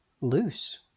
loose